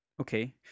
Okay